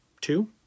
two